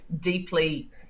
deeply